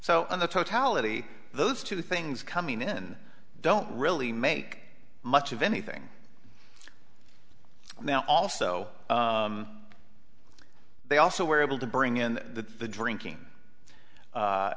the totality those two things coming in don't really make much of anything now also they also were able to bring in the drinking